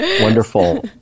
Wonderful